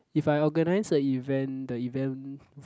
if I organize a event the event